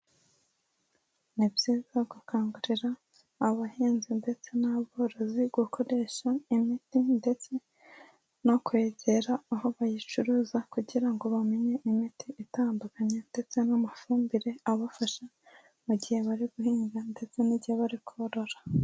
Ni byiza gukangurira abahinzi ndetse n’aborozi gukoresha imiti ndetse no kwegera aho bayicuruza kugira ngo bamenye imiti itandukanye ndetse n’amafumbire abafasha mu gihe bari guhinga ndetse n’igihe bari korora.